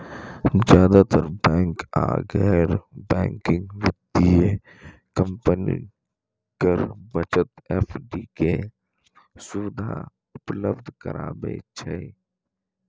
जादेतर बैंक आ गैर बैंकिंग वित्तीय कंपनी कर बचत एफ.डी के सुविधा उपलब्ध कराबै छै